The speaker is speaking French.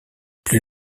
plus